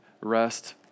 rest